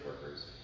workers